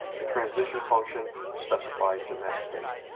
the transition function specifies the next state.